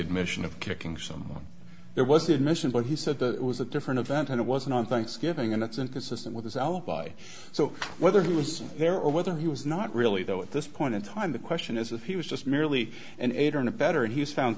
admission of kicking so there was an admission but he said that it was a different event and it wasn't on thanksgiving and it's inconsistent with his alibi so whether he was there or whether he was not really though at this point in time the question is if he was just merely an aider and abettor and he was found